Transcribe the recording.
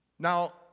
Now